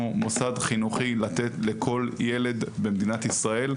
מוסד חינוכי לתת לכל ילד במדינת ישראל,